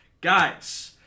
guys